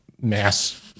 mass